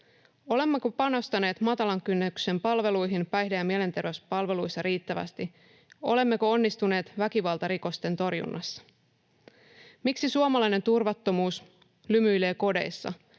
Olemmeko panostaneet matalan kynnyksen palveluihin päihde‑ ja mielenterveyspalveluissa riittävästi? Olemmeko onnistuneet väkivaltarikosten torjunnassa? Miksi suomalainen turvattomuus lymyilee kodeissa?